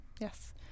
Yes